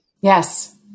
Yes